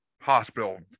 hospital